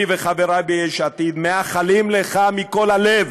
אני וחברי ביש עתיד מאחלים מכל הלב